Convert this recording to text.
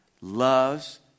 loves